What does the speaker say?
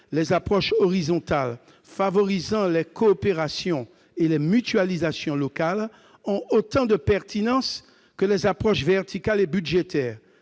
Les approches horizontales favorisant les coopérations et les mutualisations locales ont autant de pertinence que les approches verticales et budgétaires.